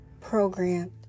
programmed